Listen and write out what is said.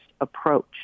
approach